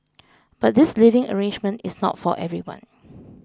but this living arrangement is not for everyone